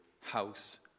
house